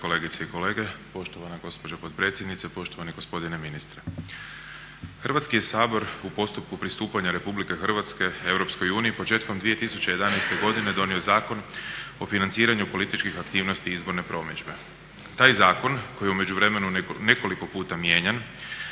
Hrvatski je Sabor u postupku pristupanja Republike Hrvatske Europskoj uniji početkom 2011. godine donio Zakon o financiranju političkih aktivnosti i izborne promidžbe. Taj zakon koji je u međuvremenu nekoliko puta mijenjan